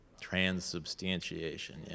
Transubstantiation